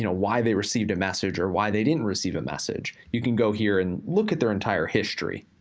you know why they received a message or why they didn't receive a message. you can go here and look at their entire history.